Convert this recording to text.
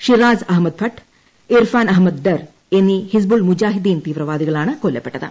Shiraz Ahmad Bhatti Irfan Ahmad Dar എന്നീ ഹിസ്ബുൾ മുജാഹിദീൻ ത്രീവ്പാദികളാണ് കൊല്ലപ്പെട്ടത്